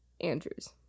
Andrews